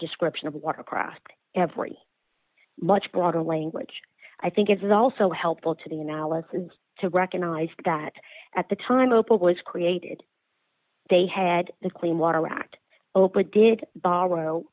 description of watercraft every much broader language i think is also helpful to the analysis to recognize that at the time opal was created they had the clean water act open did borrow